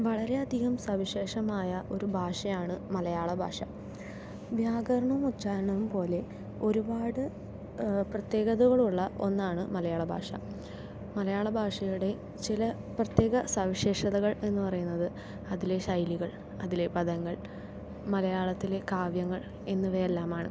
വളരെയധികം സവിശേഷമായ ഒരു ഭാഷയാണ് മലയാളഭാഷ വ്യാകരണവും ഉച്ഛാരണവും പോലെ ഒരുപാട് പ്രത്യേകതകളുള്ള ഒന്നാണ് മലയാളഭാഷ മലയാളഭാഷയുടെ ചില പ്രത്യേക സവിശേഷതകൾ എന്ന് പറയുന്നത് അതിലെ ശൈലികൾ അതിലെ പദങ്ങൾ മലയാളത്തിലെ കാവ്യങ്ങൾ എന്നിവയെല്ലാമാണ്